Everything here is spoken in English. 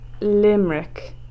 Limerick